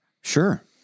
Sure